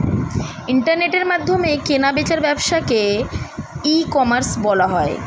ইন্টারনেটের মাধ্যমে কেনা বেচার ব্যবসাকে ই কমার্স বলা হয়